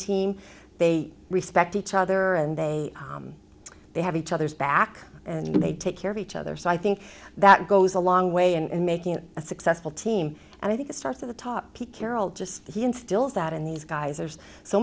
team they respect each other and they they have each other's back and they take care of each other so i think that goes a long way and making it a successful team and i think it starts at the top pete carroll just instills that in these guys there's so